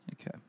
Okay